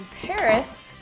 Paris